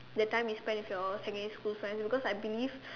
that time you spend with your secondary school friends because I believe